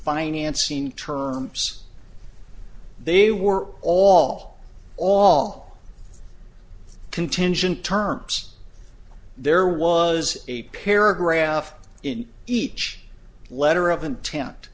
seen terms they were all all contingent terms there was a paragraph in each letter of intent